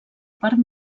part